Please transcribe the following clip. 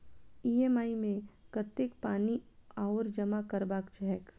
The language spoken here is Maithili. ई.एम.आई मे कतेक पानि आओर जमा करबाक छैक?